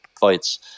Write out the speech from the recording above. fights